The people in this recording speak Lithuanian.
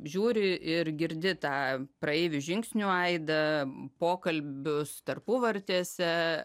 žiūri ir girdi tą praeivių žingsnių aidą pokalbius tarpuvartėse